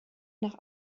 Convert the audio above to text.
nach